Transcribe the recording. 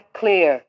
clear